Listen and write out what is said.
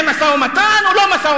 זה משא-ומתן או לא משא-ומתן?